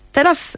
Teraz